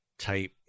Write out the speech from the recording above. type